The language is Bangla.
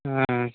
হ্যাঁ